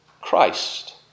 Christ